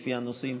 לפי הנושאים